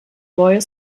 royal